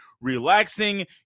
relaxing